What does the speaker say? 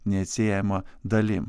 neatsiejama dalim